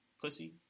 pussy